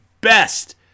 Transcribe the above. best